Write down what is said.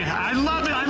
i love you!